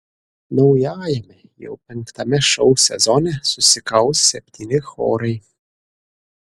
naujajame jau penktame šou sezone susikaus septyni chorai